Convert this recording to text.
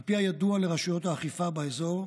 על פי הידוע לרשויות האכיפה באזור,